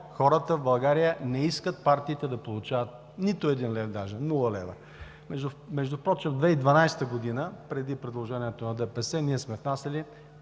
хората в България не искат партиите да получават нито един лев даже, нула лева? Впрочем, 2012 г., преди предложението на ДПС, ние сме внасяли